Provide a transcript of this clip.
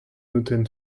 notenn